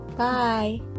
Bye